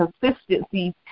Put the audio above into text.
consistency